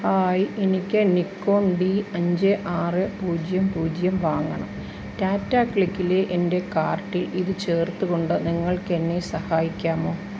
hi എനിക്ക് Nikon D അഞ്ച് ആറ് പൂജ്യം പൂജ്യം വാങ്ങണം ടാറ്റ ക്ലിക്കിലെ എൻ്റെ കാർട്ടിൽ ഇത് ചേർത്തുകൊണ്ട് നിങ്ങൾക്ക് എന്നെ സഹായിക്കാമോ